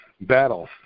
battle